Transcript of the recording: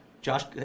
Josh